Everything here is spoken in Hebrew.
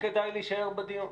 היה כדאי להישאר בדיון.